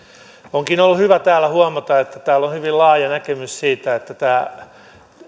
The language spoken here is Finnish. onkin ollut hyvä täällä huomata että täällä on hyvin laaja näkemys siitä että tämä